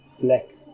black